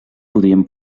podien